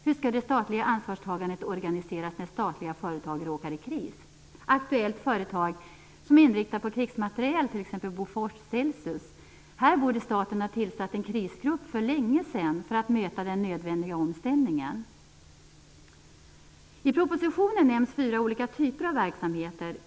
Hur skall det statliga ansvarstagandet organiseras när statliga företag råkar i kris? Aktuellt är företag som är inriktade på krigsmateriel, t.ex. Bofors och Celsius. Här borde staten för länge sedan ha tillsatt en krisgrupp för att möta den nödvändiga omställningen. I propositionen nämns fyra olika typer av verksamheter.